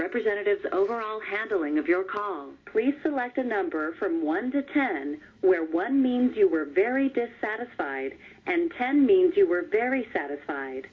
representatives overall handling of your com pre selected number from one to ten where one means you were very dissatisfied and ten means you were very satisfied